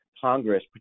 Congress